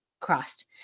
crossed